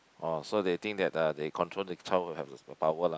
orh so they think that uh they control the child will have the power lah